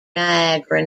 niagara